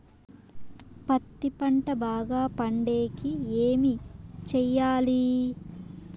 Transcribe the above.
పత్తి పంట బాగా పండే కి ఏమి చెయ్యాలి?